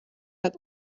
hat